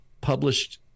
published